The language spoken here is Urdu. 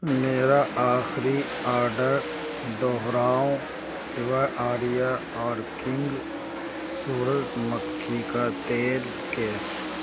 میرا آخری آرڈر دہراؤ سوائے آریا اور کنگ سورج مکھی کا تیل کے